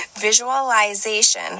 visualization